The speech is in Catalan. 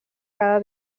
cada